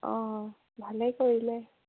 অঁ অঁ ভালেই কৰিলে